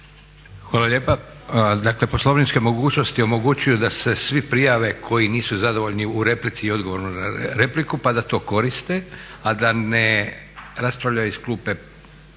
Hvala lijepa. Dakle, poslovničke mogućnosti omogućuju da se svi prijave koji nisu zadovoljni u replici i odgovoru na repliku pa da to koriste, a da ne raspravljaju iz klupe, nije